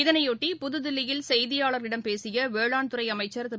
இதனையொட்டி புதுதில்லியில் செய்தியாளர்களிடம் பேசிய வேளாண்துறை அமைச்ச் திரு